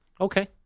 Okay